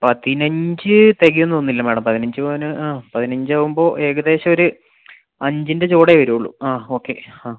പതിനഞ്ച് തികയുമെന്ന് തോന്നുന്നില്ല മേഡം പതിനഞ്ച് പവന് ആ പതിനഞ്ച് ആവുമ്പോൾ ഏകദേശം ഒരു അഞ്ചിൻ്റ ചുവടെ വരൂള്ളൂ ആ ഓക്കെ ആ